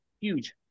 huge